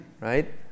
right